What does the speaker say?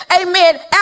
amen